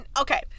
Okay